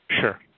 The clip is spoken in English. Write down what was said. Sure